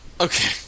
Okay